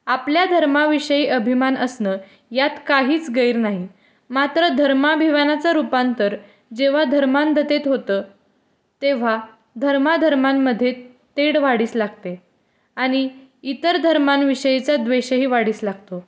आपल्या धर्माविषयी अभिमान असणं यात काहीच गैर नाही मात्र धर्माभिमानाचं रूपांतर जेव्हा धर्मांधधेत होतं तेव्हा धर्माधर्मांमध्ये तेढ वाढीस लागते आणि इतर धर्मांविषयीचा द्वेषही वाढीस लागतो